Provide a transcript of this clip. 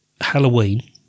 Halloween